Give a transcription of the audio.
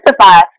justify